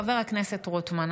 חבר הכנסת רוטמן,